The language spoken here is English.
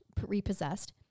repossessed